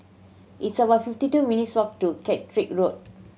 it's about fifty two minutes' walk to Caterick Road